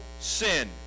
sin